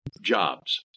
jobs